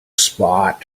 spot